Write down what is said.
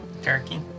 Turkey